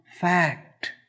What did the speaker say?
fact